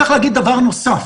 דבר נוסף,